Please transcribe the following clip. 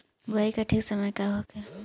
बुआई के ठीक समय का होखे?